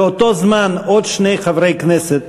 באותו זמן עוד שני חברי כנסת,